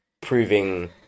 proving